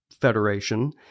Federation